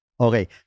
okay